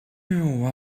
know